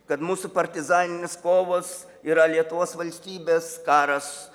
kad mūsų partizaninės kovos yra lietuvos valstybės karas